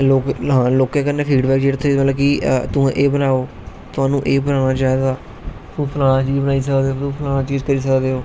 लोक लोकें कन्नै फीडवेक जेहडे़ तुसेगी मतलब कि तुस एह् बनाओ थुहानू एह् बनाना चाहिदा ओह् फलाना जी एह् बनाई सकदा ओह् फलानी चीज करी सकदा